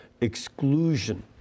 exclusion